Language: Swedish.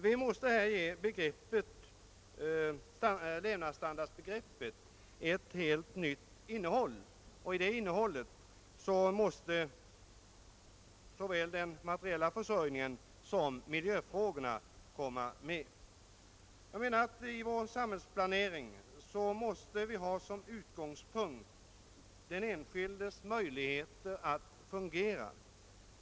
Vi måste ge levnadsstandardsbegreppet ett helt nytt innehåll, och i det måste såväl den materiella försörjningen som miljöfrågorna ingå. I vår samhällsplanering måste vi ha som utgångspunkt människans möjligheter att fungera.